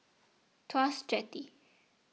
Tuas Jetty